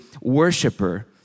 worshiper